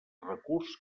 recurs